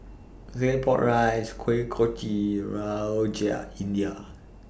Claypot Rice Kuih Kochi Rojak India